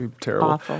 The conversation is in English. terrible